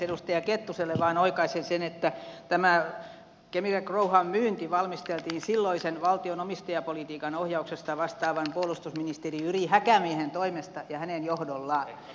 edustaja kettuselle vain oikaisen sen että tämä kemira growhown myynti valmisteltiin silloisen valtion omistajapolitiikan ohjauksesta vastaavan puolustusministeri jyri häkämiehen toimesta ja hänen johdollaan